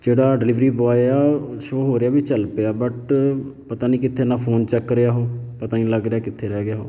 ਜਿਹੜਾ delivery boy ਆ show ਹੋ ਰਿਹਾ ਵੀ ਚੱਲ ਪਿਆ ਬਟ ਪਤਾ ਨਹੀਂ ਕਿੱਥੇ ਨਾ ਫੋਨ ਚੱਕ ਰਿਹਾ ਉਹ ਪਤਾ ਨਹੀਂ ਲੱਗ ਰਿਹਾ ਕਿੱਥੇ ਰਹਿ ਗਿਆ ਉਹ